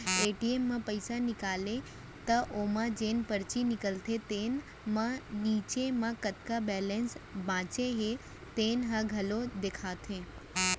ATM म पइसा निकालबे त ओमा जेन परची निकलथे तेन म नीचे म कतका बेलेंस बाचे हे तेन ह घलोक देखाथे